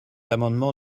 amendement